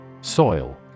Soil